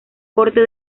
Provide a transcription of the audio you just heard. corte